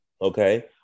okay